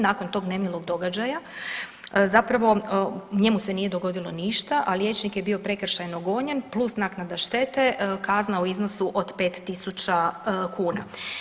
Nakon tog nemilog događaja zapravo njemu se nije dogodilo ništa, a liječnik je bio prekršajno gonjen plus naknada štete, kazna u iznosu od 5.000 kuna.